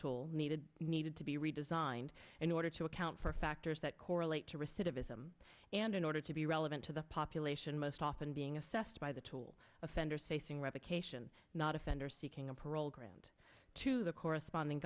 tool needed needed to be redesigned in order to account for factors that correlate to receipt of ism and in order to be relevant to the population most often being assessed by the tool offenders facing revocation not offender seeking a role ground to the corresponding